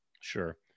Sure